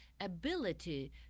ability